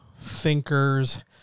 thinkers